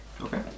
Okay